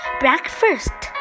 breakfast